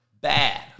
Bad